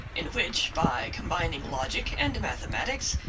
in which, by combining logic and mathematics,